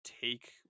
take